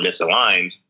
misaligned